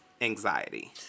anxiety